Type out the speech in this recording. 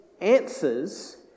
answers